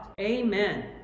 Amen